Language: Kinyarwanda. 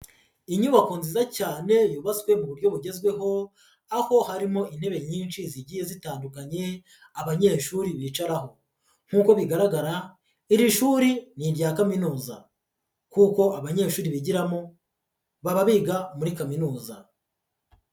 Inyubako nziza cyane yubatswe mu buryo bugezweho, aho harimo intebe nyinshi zigiye zitandukanye, abanyeshuri bicaraho. Nk'uko bigaragara, iri shuri ni irya kaminuza kuko abanyeshuri bigiramo baba biga muri kaminuza.